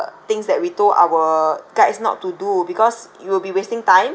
things that we told our guides not to do because it will be wasting time